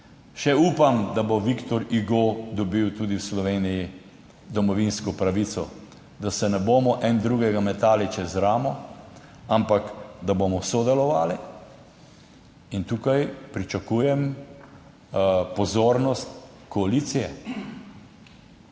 še upam, da bo Victor Hugo dobil tudi v Sloveniji domovinsko pravico, da se ne bomo en drugega metali čez ramo, ampak da bomo sodelovali, in tukaj pričakujem pozornost koalicije.